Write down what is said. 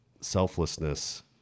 selflessness